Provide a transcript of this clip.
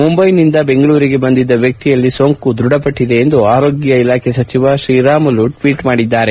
ಮುಂಬೈನಿಂದ ಬೆಂಗಳೂರಿಗೆ ಬಂದಿದ್ದ ವಕ್ಷಿಯಲ್ಲಿ ಸೋಂಕು ದೃಢಪಟ್ಟದೆ ಎಂದು ಆರೋಗ್ನ ಇಲಾಖೆ ಸಚಿವ ಶ್ರೀರಾಮುಲು ಟ್ವೀಟ್ ಮಾಡಿದ್ದಾರೆ